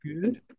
good